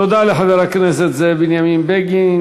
תודה לחבר הכנסת זאב בנימין בגין.